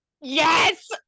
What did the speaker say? yes